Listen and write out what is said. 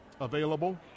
available